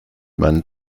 man